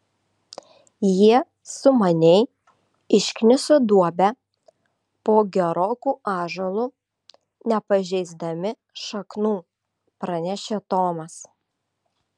jie sumaniai iškniso duobę po geroku ąžuolu nepažeisdami šaknų pranešė tomas